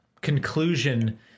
conclusion